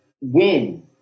win